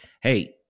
Hey